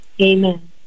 amen